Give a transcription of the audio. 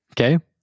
okay